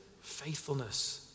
Faithfulness